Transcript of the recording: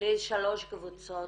לשלוש קבוצות